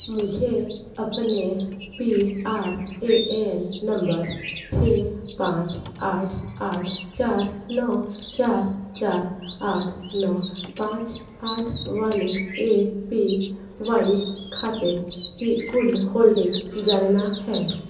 मुझे अपने P R A N number छः पाँच आठ आठ चार नौ चार चार आठ नौ पाँच आठ वाले ए पी वाई खाते की कुल होल्डिंग जानना है